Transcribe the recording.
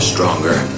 Stronger